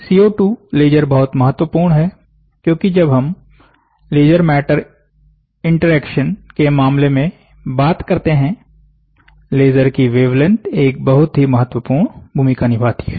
CO2 laser बहुत महत्वपूर्ण है क्योंकि जब हम लेजर मैटर इंटरेक्शन के मामले में बात करते हैंलेजर की वेवलेंथ एक बहुत ही महत्वपूर्ण भूमिका निभाती है